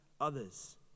others